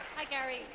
hi gary,